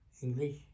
english